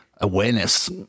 awareness –